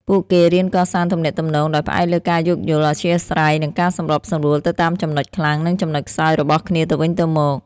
ពួកគេរៀនកសាងទំនាក់ទំនងដោយផ្អែកលើការយោគយល់ អធ្យាស្រ័យ និងការសម្របសម្រួលទៅតាមចំណុចខ្លាំង និងចំណុចខ្សោយរបស់គ្នាទៅវិញទៅមក។